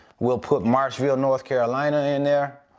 we'll put marshville, north carolina in there,